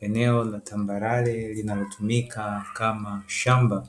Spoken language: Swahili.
Eneo la tambarare linalotumika kama shamba